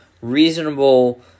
reasonable